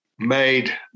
made